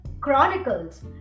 Chronicles